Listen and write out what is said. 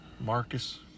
Marcus